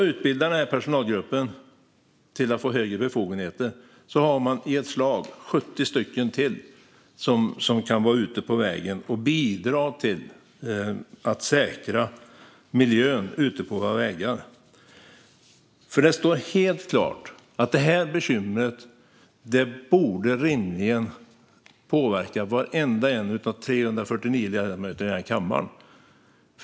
Utbildas denna personalgrupp så att den kan ges högre befogenheter har vi i ett slag ytterligare 70 stycken som kan bidra till att göra arbetsmiljön på våra vägar säkrare. Detta bekymmer borde rimligen påverka varenda en av de 349 ledamöterna i kammaren.